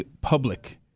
public